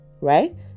right